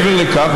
מעבר לכך,